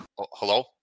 Hello